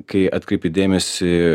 kai atkreipi dėmesį